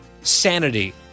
sanity